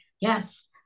yes